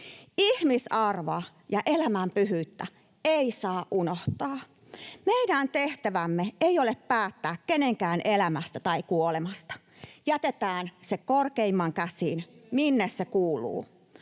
Ihmisarvoa ja elämän pyhyyttä ei saa unohtaa. Meidän tehtävämme ei ole päättää kenenkään elämästä tai kuolemasta. Jätetään se korkeimman käsiin, minne se kuuluu.